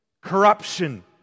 corruption